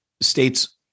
states